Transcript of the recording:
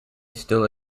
still